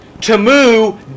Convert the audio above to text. Tamu